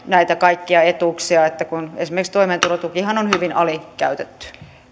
näitä kaikkia etuuksia kun esimerkiksi toimeentulotukihan on hyvin alikäytetty